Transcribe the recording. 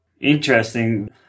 Interesting